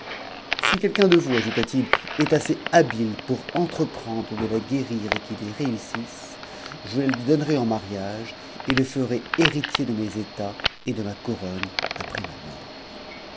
si quelqu'un de vous ajouta t h est assez habile nn pprendre de la guérir et qu'it y réussisse je la lui donnerai en mariage et le ferai héritier de mes états et de ma couronne âpres iii mort